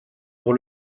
pour